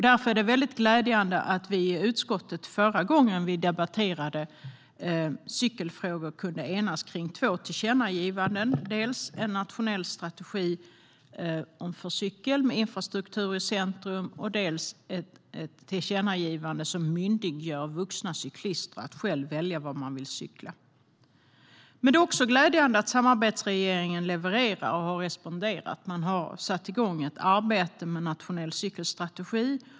Därför är det glädjande att vi i utskottet förra gången när vi debatterade cykelfrågor kunde enas kring två tillkännagivanden, dels ett om en nationell strategi för cykeln med infrastruktur i centrum, dels ett som myndiggör vuxna cyklister att själva välja var man vill cykla. Det är också glädjande att samarbetsregeringen levererar och har responderat. Man har satt igång ett arbete med nationell cykelstrategi.